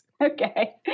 Okay